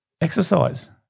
Exercise